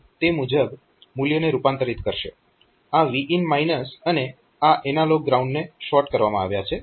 અને આ ADC તે મુજબ મૂલ્યને રૂપાંતરીત કરશે આ Vin અને આ એનાલોગ ગ્રાઉન્ડને શોર્ટ કરવામાં આવ્યા છે